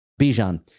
Bijan